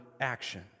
action